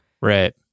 Right